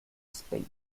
space